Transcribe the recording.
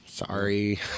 Sorry